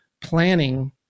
planning